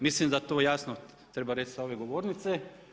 Mislim da to jasno treba reći sa ove govornice.